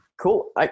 Cool